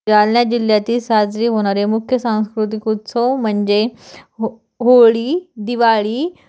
जालना जिल्ह्यातील साजरी होणारे मुख्य सांस्कृतिक उत्सव म्हणजे हो होळी दिवाळी